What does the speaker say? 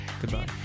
Goodbye